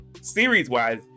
Series-wise